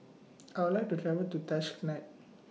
I'd like to travel to Tashkent